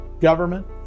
government